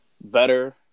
better